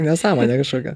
nesąmonė kažkokia